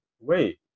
wait